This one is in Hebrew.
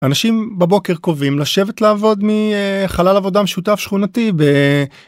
אנשים בבוקר קובעים לשבת לעבוד מחלל עבודה משותף שכונתי ב...